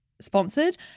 sponsored